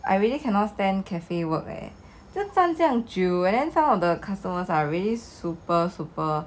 I really cannot stand cafe work eh 站这样久 and then some of the customers are really super super